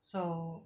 so